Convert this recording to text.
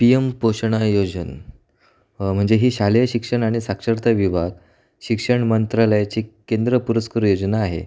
P M पोषण आहार योजना म्हणजे ही शालेय शिक्षण आणि साक्षरता विभाग शिक्षण मंत्रालयाची केंद्र पुरस्कृत योजना आहे